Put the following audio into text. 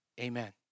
Amen